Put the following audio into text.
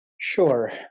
Sure